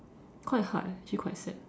quite hard eh actually quite sad